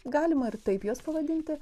galima ir taip juos pavadinti